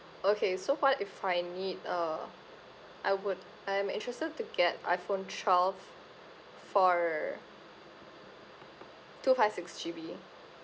okay so what if I need uh I would I'm interested to get iphone twelve for two five six G_B